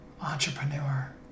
entrepreneur